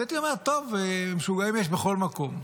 אז הייתי אומר: טוב, משוגעים יש בכל מקום.